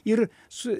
ir su